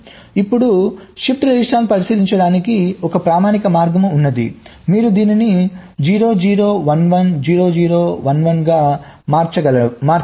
ఇప్పుడు షిఫ్ట్ రిజిస్టర్లను పరీక్షించడానికి ఒక ప్రామాణిక మార్గం ఉంది మీరు దీనిని 0 0 1 1 0 0 1 1 గా మార్చ వలెను